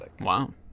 wow